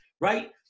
right